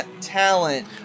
talent